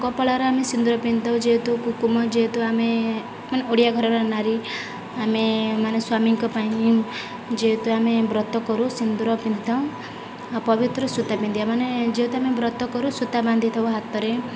କପାଳରେ ଆମେ ସିନ୍ଦର ପିନ୍ଧୁ ଯେହେତୁ କୁକୁମ ଯେହେତୁ ଆମେ ମାନେ ଓଡ଼ିଆ ଘରର ନାରୀ ଆମେମାନେ ସ୍ୱାମୀଙ୍କ ପାଇଁ ଯେହେତୁ ଆମେ ବ୍ରତ କରୁ ସିନ୍ଦୂର ପିନ୍ଧିଥାଉ ଆଉ ପବିତ୍ର ସୂତା ପିନ୍ଧିବା ମାନେ ଯେହେତୁ ଆମେ ବ୍ରତ କରୁ ସୂତା ବାନ୍ଧିଥାଉ ହାତରେ